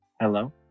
Hello